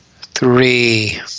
three